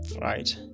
right